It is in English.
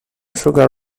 sugar